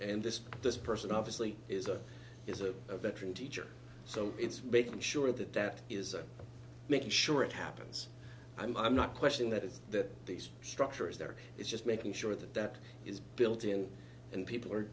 and this this person obviously is a is a veteran teacher so it's making sure that that is making sure it happens i'm not questioning that is that this structure is there it's just making sure that that is built in and people are